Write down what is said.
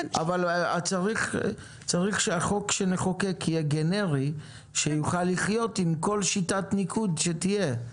צריך שהחוק שנחוקק יהיה גנרי ויוכל לחיות עם כל שיטת ניקוד שתהיה.